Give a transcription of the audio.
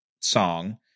song